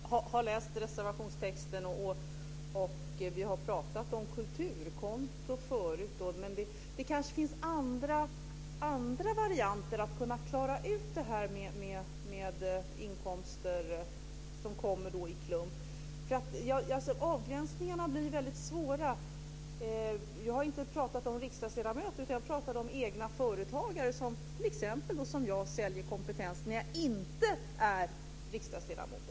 Herr talman! Jag har läst reservationstexten. Vi har pratat om kulturkonto förut. Det kanske finns andra varianter för att klara ut det här med inkomster som kommer i klump. Avgränsningarna blir väldigt svåra. Jag har inte pratat om riksdagsledamöter. Jag pratade om egna företagare som t.ex. säljer kompetens, som jag när jag inte är riksdagsledamot.